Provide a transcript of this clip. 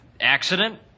accident